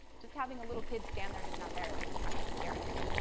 just having a little kid stand there who's not there is actually scarier.